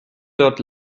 dort